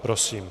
Prosím.